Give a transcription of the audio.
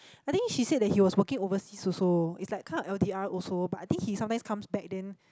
I think she said that he was working overseas also is like kind of L_D_R also but I think he sometimes comes back then